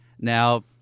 Now